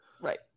right